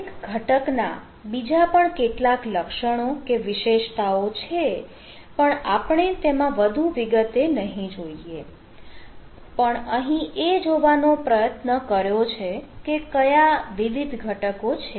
દરેક ઘટક ના બીજા પણ કેટલાક લક્ષણો કે વિશેષતાઓ છે પણ આપણે તેમાં વધુ વિગતે નહીં જોઈએ પણ અહીં એ જોવાનો પ્રયત્ન કર્યો છે કે કયા વિવિધ ઘટકો છે